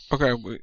Okay